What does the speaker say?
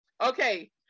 Okay